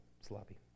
sloppy